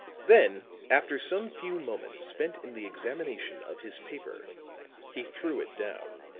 then after some few moments spent in the examination of his paper he threw it down.